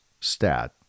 stat